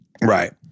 Right